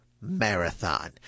marathon